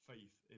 faith